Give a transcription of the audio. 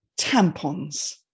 tampons